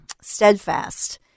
steadfast